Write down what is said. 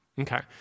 Okay